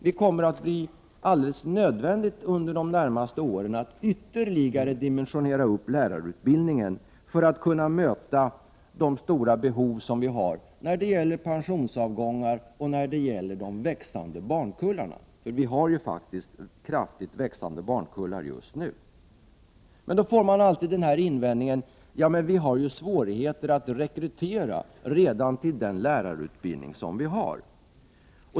Det kommer att bli alldeles nödvändigt under de närmaste åren att ytterligare dimensionera upp lärarutbildningen för att kunna möta de stora behov som föreligger på grund av pensionsavgångar och de växande barnkullarna. Vi har faktiskt kraftigt växande barnkullar just nu. Då får man alltid invändningen: Vi har ju svårigheter att rekrytera redan till den lärarutbildning som vi har.